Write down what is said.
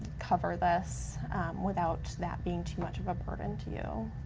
cover this without that being too much of a burden to you?